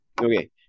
Okay